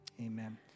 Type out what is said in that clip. amen